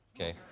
Okay